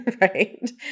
right